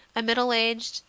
a middle-aged,